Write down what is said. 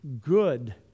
good